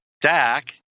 Dak